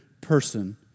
person